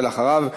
ואחריו,